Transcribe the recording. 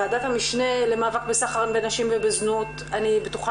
ועדת המשנה למאבק בסחר בנשים ובזנות - אני בטוחה